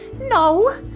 No